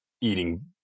eating